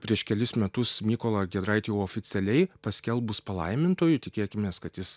prieš kelis metus mykolą giedraitį oficialiai paskelbus palaimintuoju tikėkimės kad jis